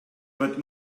but